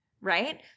right